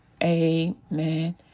amen